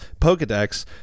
Pokedex